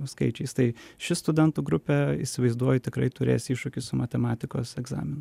skaičiais tai ši studentų grupė įsivaizduoju tikrai turės iššūkių su matematikos egzaminu